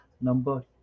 number